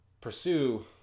pursue